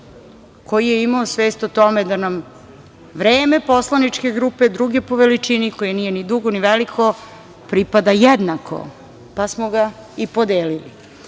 koji je imao svest o tome da nam vreme poslaničke grupe, druge po veličini, koje nije ni dugo, ni veliko, pripada jednako, pa smo ga i podelili.